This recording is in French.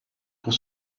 pour